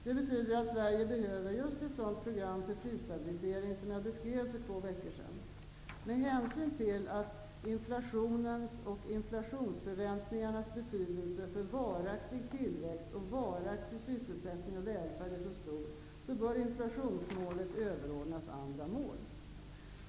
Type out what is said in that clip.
Det betyder att Sverige behöver just ett sådant program för prisstabilisering som jag beskrev för två veckor sedan. Med hänsyn till att inflationens betydelse för varaktig tillväxt och varaktig sysselsättning och välfärd är så stor bör inflationsmålet överordnas andras mål.